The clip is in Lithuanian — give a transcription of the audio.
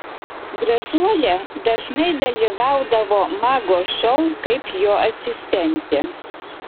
gražuolė dažnai dalyvaudavo mago šou kaip jo asistentė